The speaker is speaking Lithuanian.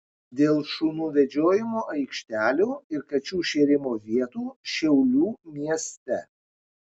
dėl šunų vedžiojimo aikštelių ir kačių šėrimo vietų šiaulių mieste